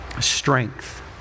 strength